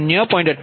2857 p